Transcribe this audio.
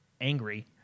angry